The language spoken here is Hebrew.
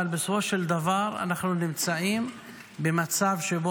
אבל בסופו של דבר אנחנו נמצאים במצב שבו